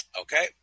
Okay